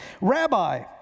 Rabbi